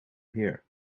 here